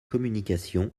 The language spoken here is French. communications